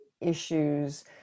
issues